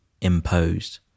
imposed